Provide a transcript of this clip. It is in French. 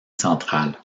centrale